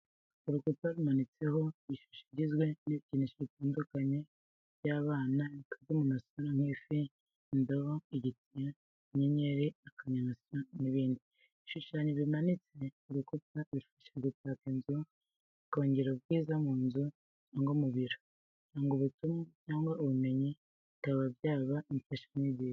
Urukuta rumanitseho ishusho igizwe n'ibikinisho bitandukanye by'abana bikoze mu masura menshi nk'ifi, indobo, igitiyo, inyenyeri, akanyamasyo n'ibindi. Ibishushanyo bimanitse ku rukuta bifasha gutaka inzu, bikongera ubwiza mu nzu cyangwa mu biro. Bitanga ubutumwa cyangwa ubumenyi, bikaba byaba n'imfashanyigisho.